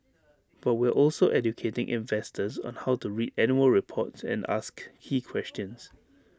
but we're also educating investors on how to read annual reports and ask key questions